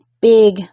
big